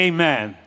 Amen